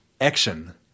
Action